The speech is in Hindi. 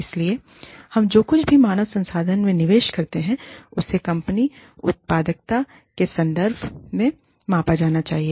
इसलिए हम जो कुछ भी मानव संसाधन में निवेश करते हैं उसे कंपनी उत्पादकता आउटपुट के संदर्भ में मापा जाना चाहिए